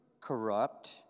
corrupt